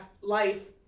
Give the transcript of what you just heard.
life